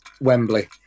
Wembley